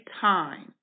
time